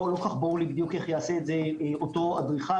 לא כל-כך ברור לי איך יעשה את זה אותו אדריכל.